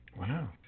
Wow